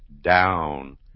down